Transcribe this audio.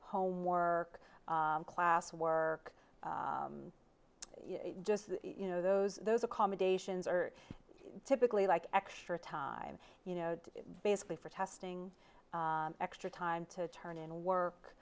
homework classwork just you know those those accommodations are typically like extra time you know basically for testing extra time to turn in work